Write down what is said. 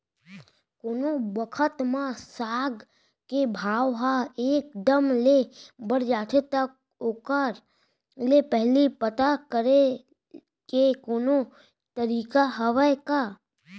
कोनो बखत म साग के भाव ह एक दम ले बढ़ जाथे त ओखर ले पहिली पता करे के कोनो तरीका हवय का?